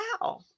wow